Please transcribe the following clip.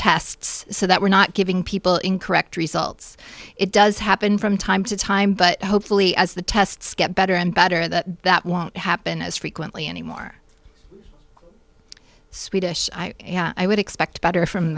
tests so that we're not giving people incorrect results it does happen from time to time but hopefully as the tests get better and better that that won't happen as frequently anymore swedish i would expect better from